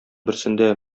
берсендә